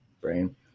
brain